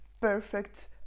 perfect